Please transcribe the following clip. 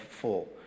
full